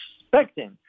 expecting